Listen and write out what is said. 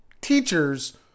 teacher's